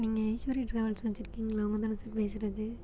நீங்கள் ஈஸ்வரி டிராவல்ஸ் வச்சிருக்கீங்களே அவங்க தானே சார் பேசுகிறது